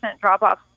drop-off